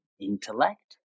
intellect